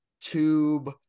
tube